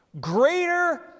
greater